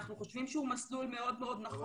אנחנו חושבים שהוא מסלול מאוד מאוד נכון,